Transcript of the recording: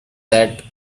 that